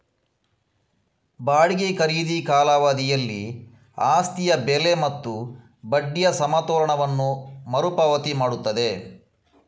ಬಾಡಿಗೆ ಖರೀದಿ ಕಾಲಾವಧಿಯಲ್ಲಿ ಆಸ್ತಿಯ ಬೆಲೆ ಮತ್ತು ಬಡ್ಡಿಯ ಸಮತೋಲನವನ್ನು ಮರು ಪಾವತಿ ಮಾಡುತ್ತದೆ